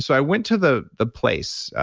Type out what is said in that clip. so i went to the the place,